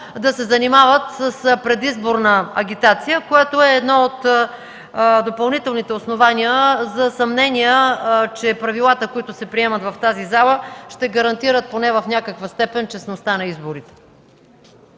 да се занимават с предизборна агитация, което е едно от допълнителните основания за съмнения, че правилата, които се приемат в тази зала, ще гарантират поне в някаква степен честността на изборите.